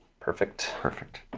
perfect. perfect.